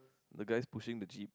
the guys pushing the jeep